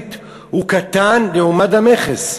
יחסית הוא קטן לעומת המכס.